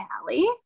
Allie